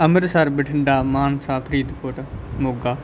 Amritsar Bathinda Mansa Faridkot Moga